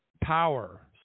power